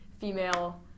female –